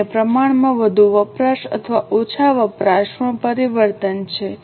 અન્ય પ્રમાણમાં વધુ વપરાશ અથવા ઓછા વપરાશમાં પરિવર્તન છે